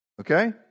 okay